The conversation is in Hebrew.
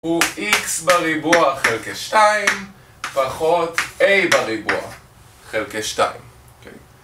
הוא x בריבוע חלקי שתיים פחות a בריבוע חלקי שתיים.